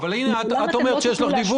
אבל פה את אומרת שכן יש לך דיווח.